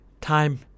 time